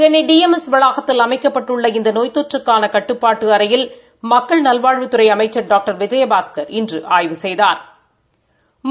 Chennai D M S வளாகத்தில் அமைக்கப்பட்டுள்ள இந்த நோய் தொற்றுக்கான கட்டுப்பாட்டு அறையில் மக்கள் நல்வாழ்வுத்துறை அமைச்சா் டாக்டர் விஜயபாஸ்கா் இன்று ஆய்வு செய்தாா்